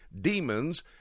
demons